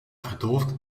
verdoofd